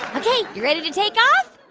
ok, you ready to take off?